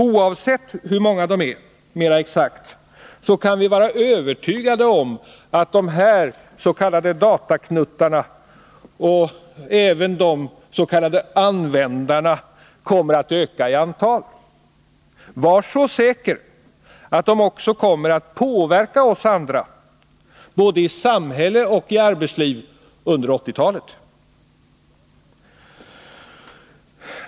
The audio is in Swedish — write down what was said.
Oavsett hur många de är mera exakt, kan vi vara övertygade om att de här s.k. dataknuttarna och även des.k. användarna kommer att öka i antal. Var så säker på att de också kommer att påverka oss andra — både i samhälle och i arbetsliv — under 1980-talet.